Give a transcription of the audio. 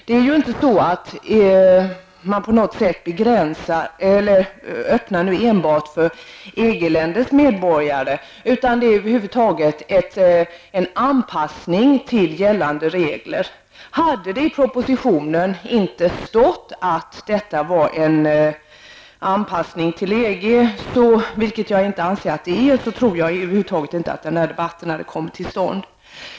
Man öppnar ju inte möjligheter för enbart EG-ländernas medborgare, utan det är över huvud taget en anpassning till gällande regler. Om det inte hade stått i propositionen att detta var en anpassning till EG, vilket jag inte anser att det är, tror jag att den här debatten över huvud taget inte hade kommit till stånd.